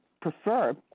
prefer